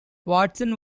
watson